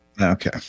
Okay